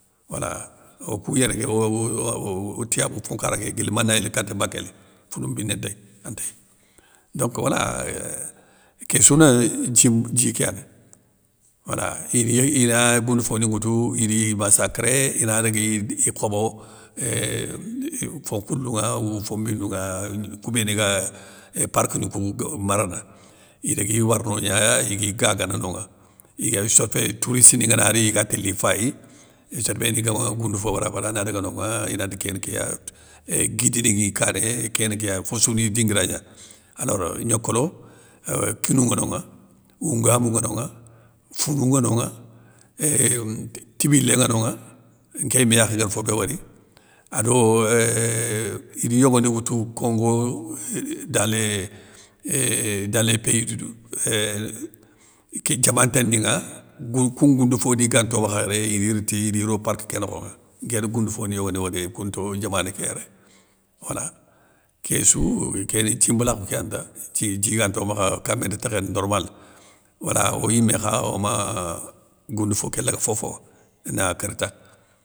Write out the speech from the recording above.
Wala okou yéré ké o tiyabou fon nkara ké guili manayéli kata bakéli founou mbiné ntéy, antéy. Donc wala, éuuh késsouneuuh djim djikéya dé. wala iri ina gounde foniŋoutou, ini i massacré inadagui i khobo, éuuh fon nkhoulouŋa ou fon mbinouŋa, kou béni ga ééuh park ni kou gue marna, idagui war nogna ya igui gagana nonŋa, iyér soffé touristeni ngana ri, iga téli ifayi, sér béni gama goundou fo wori abada ana daga nonŋa ina ti kéni kéya, é guide dégui kané kéneu kéya, fossouni i dinguira gna, alors niokolo, éuuh kinou ŋa nonŋa ou oungamou ŋanonŋa, founou ŋa nonŋa, éuuh tibilé ŋa nonŋa, nkéyime yakhé nguér fobé wori, ado euuh idi yogoni woutou, kongo dans les pays dudu ééh té diaman tananinŋa, gou koun ngounde foni ganto makha yéré ini riti ini ro ké nokhonŋa nké ri gounde foni yogoni wori kounto diamané ké yéré, wala késsou kéni yitim mbalakhou kéya ni ta dji djiganto makha kamé nte tékhéné normale, wala oyimé kha oma euuh gounde fo ké laga fofowa na kér ta.